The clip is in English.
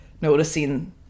noticing